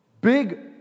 big